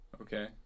Okay